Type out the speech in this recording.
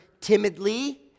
timidly